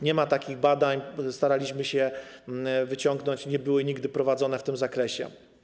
Nie ma takich badań, staraliśmy się to wyciągnąć, nie były one nigdy prowadzone w tym zakresie.